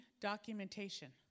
documentation